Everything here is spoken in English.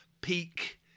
peak